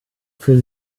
für